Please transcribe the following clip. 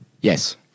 Yes